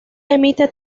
emite